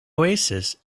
oasis